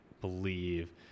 believe